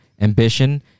ambition